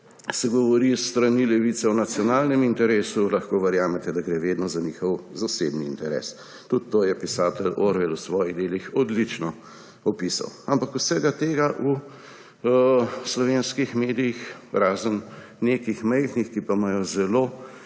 se govori s strani levice o nacionalnem interesu, lahko verjamete, da gre vedno za njihov zasebni interes. Tudi to je pisatelj Orwell v svojih delih odlično opisal. Ampak vsega tega v slovenskih medijih, razen nekih majhnih, ki pa imajo zelo